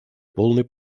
полной